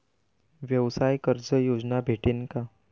व्यवसाय कर्ज योजना भेटेन का?